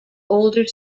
older